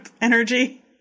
energy